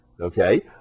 Okay